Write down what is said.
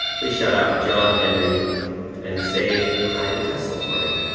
please shout-out john henry and say, hi, to tesla for me.